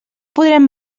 podrem